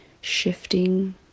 shifting